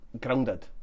grounded